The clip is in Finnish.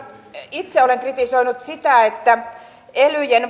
itse olen kritisoinut sitä että elyjen